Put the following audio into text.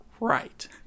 right